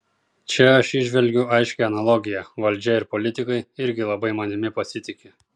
čia aš įžvelgiu aiškią analogiją valdžia ir politikai irgi labai manimi pasitiki